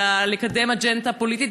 אלא לקדם אג'נדה פוליטית.